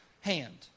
hand